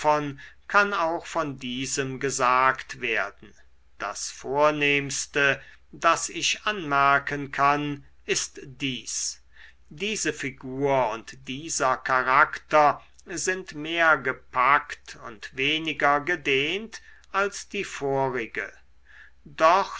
kann auch von diesem gesagt werden das vornehmste das ich anmerken kann ist dies diese figur und dieser charakter sind mehr gepackt und weniger gedehnt als die vorige dort